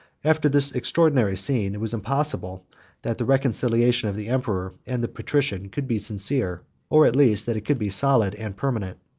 after this extraordinary scene, it was impossible that the reconciliation of the emperor and the patrician could be sincere or, at least, that it could be solid and permanent.